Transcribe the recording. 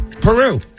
Peru